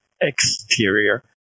exterior